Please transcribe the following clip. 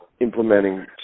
implementing